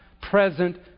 present